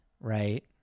right